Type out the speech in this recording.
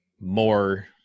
more